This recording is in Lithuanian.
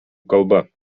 kalba